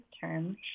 term